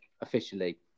officially